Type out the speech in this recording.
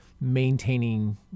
maintaining